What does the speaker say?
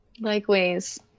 Likewise